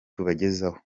tubagezaho